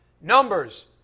numbers